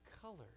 colors